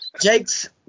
Jake's